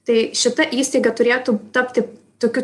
tai šita įstaiga turėtų tapti tokiu